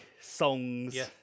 songs